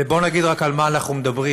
בואו נגיד רק על מה אנחנו מדברים.